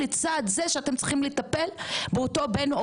לצד זה שאתם צריכים לטפל באותו בן או